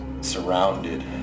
surrounded